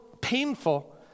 painful